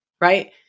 Right